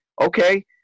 okay